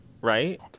right